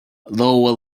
lower